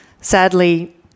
sadly